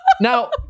Now